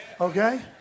Okay